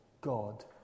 God